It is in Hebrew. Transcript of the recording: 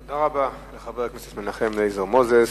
תודה רבה לחבר הכנסת מנחם אליעזר מוזס.